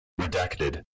Redacted